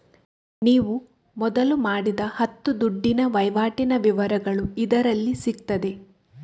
ನೀವು ಮೊದಲು ಮಾಡಿದ ಹತ್ತು ದುಡ್ಡಿನ ವೈವಾಟಿನ ವಿವರಗಳು ಇದರಲ್ಲಿ ಸಿಗ್ತದೆ